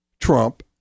Trump